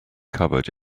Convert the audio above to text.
covered